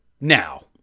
now